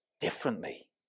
differently